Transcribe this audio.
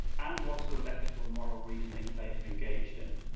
and what sort of ethical and moral reasoning they have engaged in.